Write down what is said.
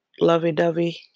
lovey-dovey